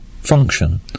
function